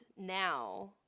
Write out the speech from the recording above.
now